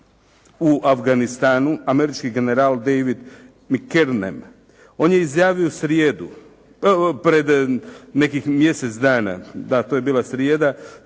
u Afganistanu američki general David McCernen. On je izjavio u srijedu, pred nekih mjesec dana, da to je bila srijeda